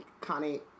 Connie